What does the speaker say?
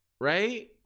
right